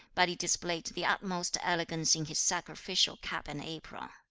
but he displayed the utmost elegance in his sacrificial cap and apron.